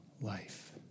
life